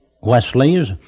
Wesley's